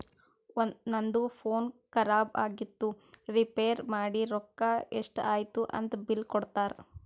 ನಂದು ಫೋನ್ ಖರಾಬ್ ಆಗಿತ್ತು ರಿಪೇರ್ ಮಾಡಿ ರೊಕ್ಕಾ ಎಷ್ಟ ಐಯ್ತ ಅಂತ್ ಬಿಲ್ ಕೊಡ್ತಾರ್